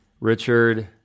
Richard